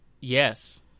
yes